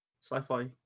sci-fi